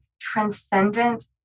transcendent